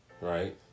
Right